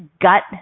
gut